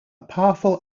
powerful